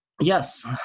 yes